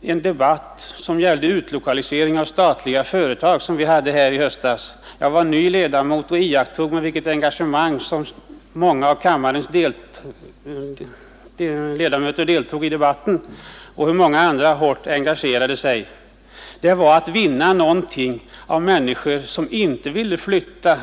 den debatt rörande utlokalisering av statliga företag som vi förde här i höstas. Jag var ny som ledamot då och iakttog med intresse det engagemang många av kammarens ledamöter visade i den debatten och hur många andra hårt engagerade sig. Debatten gällde att till en ort vinna människor som inte ville flytta.